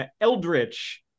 Eldritch